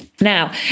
Now